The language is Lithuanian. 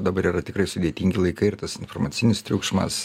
dabar yra tikrai sudėtingi laikai ir tas informacinis triukšmas